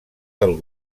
del